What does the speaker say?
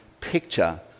picture